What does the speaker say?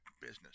business